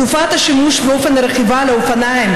תופעת השימוש ואופן הרכיבה על האופניים,